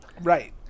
Right